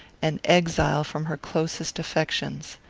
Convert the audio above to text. an exile from her closest affections.